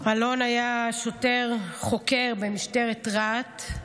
אלון היה שוטר חוקר במשטרת רהט.